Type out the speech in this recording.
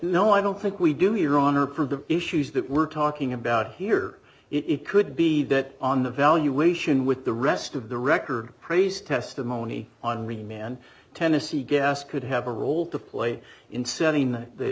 no i don't think we do your honor for the issues that we're talking about here it could be that on the valuation with the rest of the record praise testimony on reading man tennessee gas could have a role to play in setting the